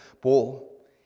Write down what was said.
Paul